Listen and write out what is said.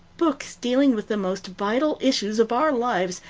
books dealing with the most vital issues of our lives,